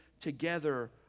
together